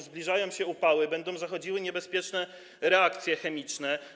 Zbliżają się upały, będą zachodziły niebezpieczne reakcje chemiczne.